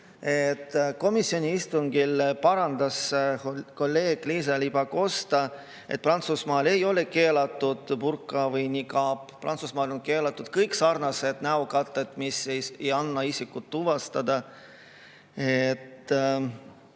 Komisjoni istungil parandas kolleeg Liisa-Ly Pakosta, et Prantsusmaal ei ole keelatud burka või nikaab, Prantsusmaal on keelatud kõik näokatted, mis ei [luba] isikut tuvastada, ehk